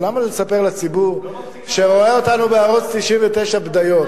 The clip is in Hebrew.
למה לספר לציבור, שרואה אותנו בערוץ-99, בדיות?